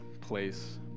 place